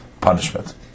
punishment